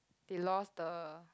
they lost the